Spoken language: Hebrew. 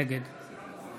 נגד